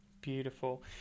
Beautiful